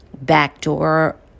backdoor